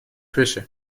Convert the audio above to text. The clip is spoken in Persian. بشه